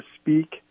speak